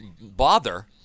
bother